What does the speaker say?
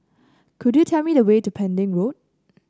could you tell me the way to Pending Road